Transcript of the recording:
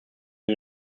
den